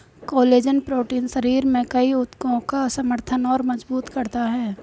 collagen protein शरीर में कई ऊतकों का समर्थन और मजबूत करता है